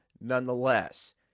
nonetheless